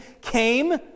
came